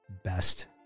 best